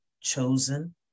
chosen